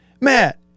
Matt